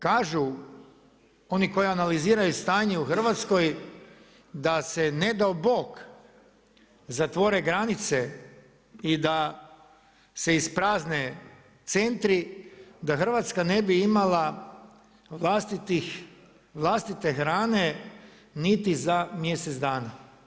Kažu oni koji analiziraju stanje u Hrvatskoj da se ne dao Bog zatvore granice i da se isprazne centri, da Hrvatska ne bi imala vlastite hrane niti za mjesec dana.